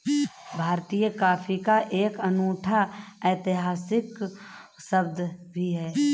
भारतीय कॉफी का एक अनूठा ऐतिहासिक स्वाद भी है